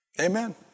Amen